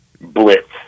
blitz